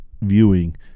viewing